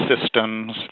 systems